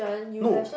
no